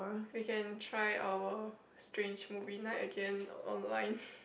we can try our strange movie night again online